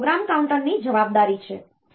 આ પ્રોગ્રામ કાઉન્ટરની જવાબદારી છે